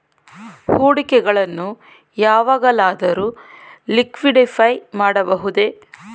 ಹೂಡಿಕೆಗಳನ್ನು ಯಾವಾಗಲಾದರೂ ಲಿಕ್ವಿಡಿಫೈ ಮಾಡಬಹುದೇ?